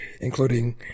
including